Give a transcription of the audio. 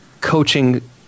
coaching